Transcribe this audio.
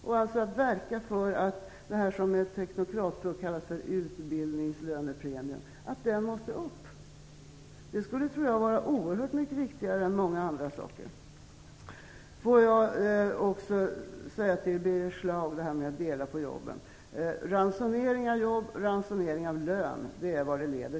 Är han beredd att verka för att det som på teknokratspråk kallas utbildningslönepremie måste tas upp? Det är oerhört mycket viktigare än många andra saker. Får jag också säga till Birger Schlaug när det gäller att dela på jobben, att det leder till ransonering av jobb och av lön.